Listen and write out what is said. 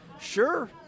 Sure